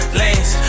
lanes